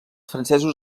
francesos